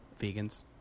Vegans